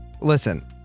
Listen